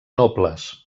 nobles